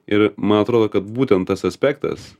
ir man atrodo kad būtent tas aspektas